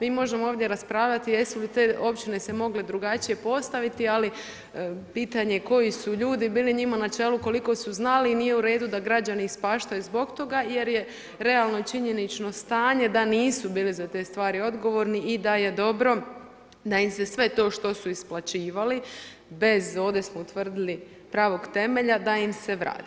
Mi možemo ovdje raspravljati jesu li te općine se mogle drugačije postaviti, ali pitanje je koji su ljudi njima bili na čelu, koliko su znali i nije u redu da građani ispaštaju zbog toga, jer je realno činjenično stanje da nisu bili za te stvari odgovorni i da je dobro da im se sve to što su isplaćivali bez ovdje smo utvrdili pravog temelja da im se vrati.